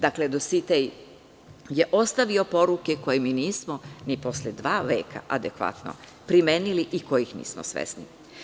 Dakle, Dositej je ostavio poruke koje mi nismo ni posle dva veka adekvatno primenili i kojih nismo svesni.